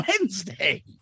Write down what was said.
Wednesday